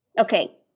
Okay